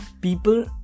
people